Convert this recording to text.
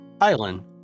island